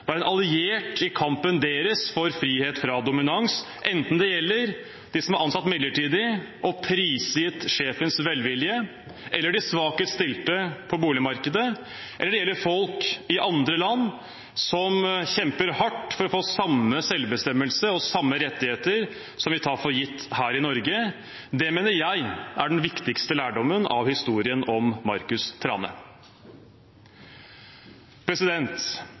være en alliert i deres kamp for frihet fra dominans, enten det gjelder dem som er ansatt midlertidig og prisgitt sjefens velvilje, eller de svakest stilte på boligmarkedet, eller det gjelder folk i andre land som kjemper hardt for å få samme selvbestemmelse og samme rettigheter som vi tar for gitt her i Norge. Det mener jeg er den viktigste lærdommen av historien om